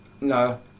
No